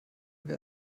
wäre